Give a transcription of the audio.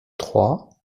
trois